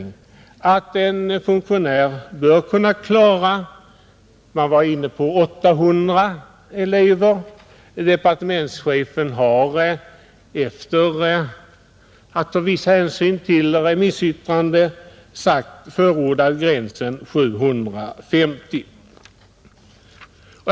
Efter att ha tagit del av remissyttrandena har departementschefen förordat att gränsen sätts vid 750 elever.